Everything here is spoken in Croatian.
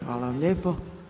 Hvala vam lijepo.